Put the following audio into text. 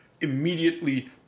immediately